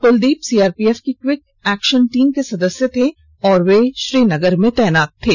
Kuldeep CRPF की quick action team के सदस्य थे और वे श्रीनगर में तैनात थे